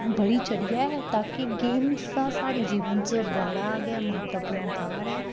बड़ी चढ़ियै ता कि गेम्स दा साढ़े जीवन बड़ा गै म्हत्तवपूर्ण थाह्र ऐ